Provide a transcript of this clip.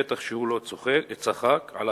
בטח שהוא לא צחק על החייל.